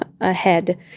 ahead